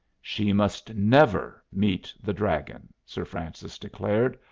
she must never meet the dragon, sir francis declared.